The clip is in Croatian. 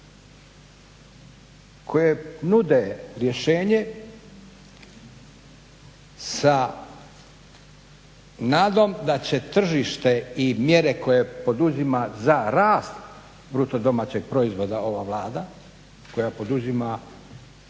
koje nude rješenje sa nadom da će tržište i mjere koje poduzima za rast BDP-a ova Vlada koja poduzima